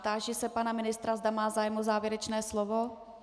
Táži se pana ministra, zda má zájem o závěrečné slovo.